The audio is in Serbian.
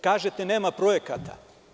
Kažete – nema projekata.